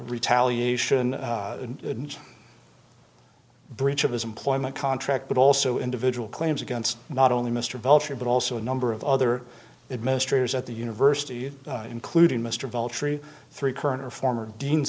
retaliation and breach of his employment contract but also individual claims against not only mr belcher but also a number of other administrators at the university including mr voluntary three current or former dean